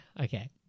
Okay